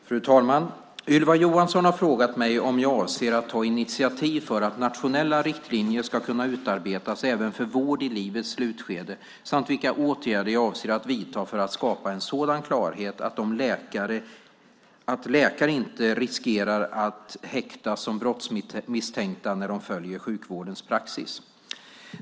Fru talman! Ylva Johansson har frågat mig om jag avser att ta initiativ för att nationella riktlinjer ska kunna utarbetas även för vård i livets slutskede samt vilka åtgärder jag avser att vidta för att skapa en sådan klarhet att läkare inte riskerar att häktas som brottsmisstänkta när de följer sjukvårdens praxis.